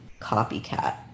copycat